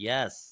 Yes